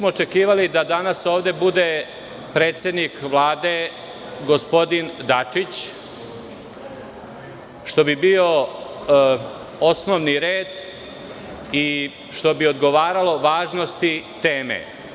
Očekivali smo da danas ovde bude predsednik Vlade, gospodin Dačić, što bi bio osnovni red i što bi odgovaralo važnosti teme.